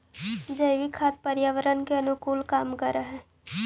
जैविक खाद पर्यावरण के अनुकूल कार्य कर हई